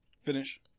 Finish